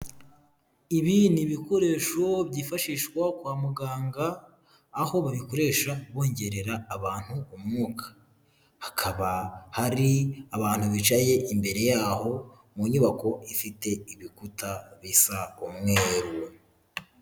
Ibi ni ibikoresho byifashishwa kwa muganga, aho babikoresha bongerera abantu umwuka, hakaba hari abantu bicaye imbere yaho, mu nyubako ifite ibikuta bisa umweru.